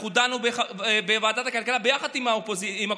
אנחנו דנו בוועדת הכלכלה ביחד עם הקואליציה,